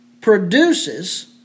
produces